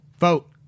Vote